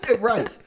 Right